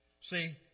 See